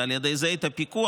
ועל ידי זה את הפיקוח,